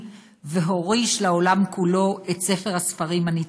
והוריש לעולם כולו את ספר הספרים הנצחי".